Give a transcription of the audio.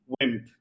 wimp